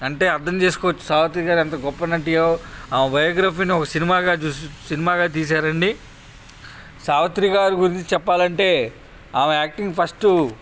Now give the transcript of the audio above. అంటే అర్థం చేసుకోవచ్చు సావిత్రి గారు ఎంత గొప్ప నటియో ఆమె బయోగ్రఫీను ఒక సినిమాగా సినిమాగా తీశారండి సావిత్రి గారి గురించి చెప్పాలంటే ఆమె యాక్టింగ్ ఫస్టు